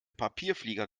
papierflieger